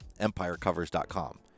Empirecovers.com